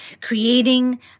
Creating